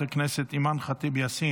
חברת הכנסת יוליה מלינובסקי,